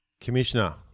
Commissioner